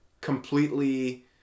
completely